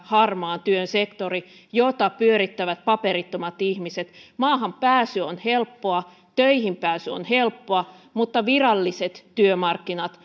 harmaan työn sektori jota pyörittävät paperittomat ihmiset maahanpääsy on helppoa töihinpääsy on helppoa mutta viralliset työmarkkinat